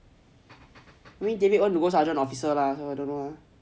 I mean david want to go sergeant officer lah so I don't know